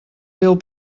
bill